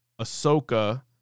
Ahsoka